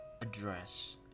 address